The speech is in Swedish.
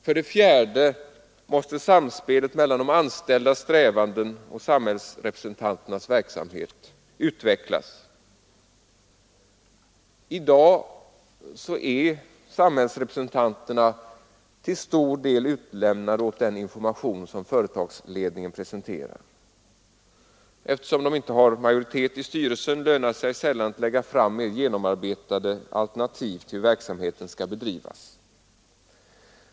För det fjärde måste samspelet mellan de anställdas strävanden och samhällsrepresentanternas verksamhet utvecklas. I dag är samhällsrepresentanterna till stor del utlämnade åt den information som företagsledningen presenterar. Eftersom de inte har majoritet i styrelsen lönar det sig sällan att lägga fram mer genomarbetade alternativ till hur verksamheten skall bedrivas.